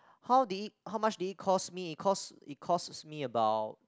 how did it how much did it cost me cost it costs me about